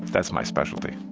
that's my specialty.